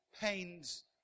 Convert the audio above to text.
pains